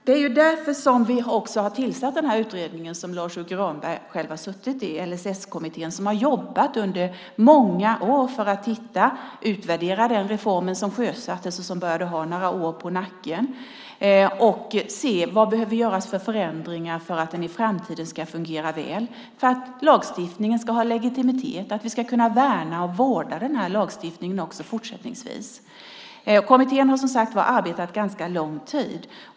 Det är därför vi också har tillsatt den utredning som Lars U Granberg själv har suttit i, LSS-kommittén, som har jobbat under många år för att hitta och utvärdera den reform som sjösattes och som började ha några år på nacken för att se vilka förändringar som behöver göras för att den i framtiden ska fungera väl, för att lagstiftningen ska ha legitimitet och för att vi ska kunna värna och vårda den här lagstiftningen också fortsättningsvis. Kommittén har som sagt var arbetat under ganska lång tid.